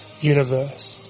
universe